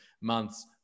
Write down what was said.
months